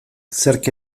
zerk